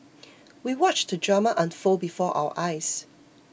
we watched the drama unfold before our eyes